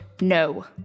no